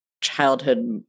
childhood